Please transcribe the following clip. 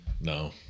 No